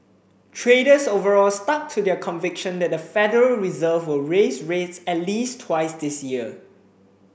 traders overall stuck to their conviction that the Federal Reserve will raise rates at least twice this year